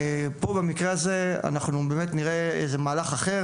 פה במקרה הזה אנחנו באמת נראה איזה מהלך אחר,